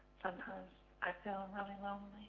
sometimes i feel really lonely.